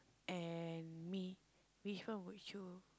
and me which one would you